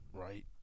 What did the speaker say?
right